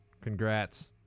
Congrats